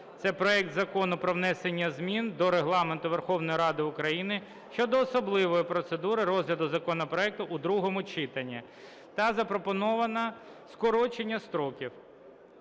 Це проект Закону про внесення змін до Регламенту Верховної Ради України щодо особливої процедури розгляду законопроектів у другому читанні. Та запропоновано скорочення строків.